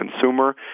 consumer